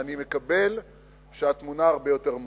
ואני מקבל שהתמונה הרבה יותר מאוזנת,